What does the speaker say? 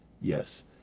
yes